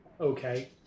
okay